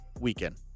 weekend